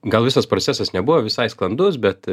gal visas procesas nebuvo visai sklandus bet